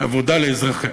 עבודה לאזרחיה,